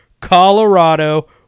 Colorado